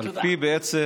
פי בעצם